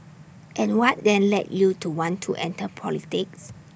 and what then led you to want to enter politics